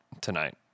tonight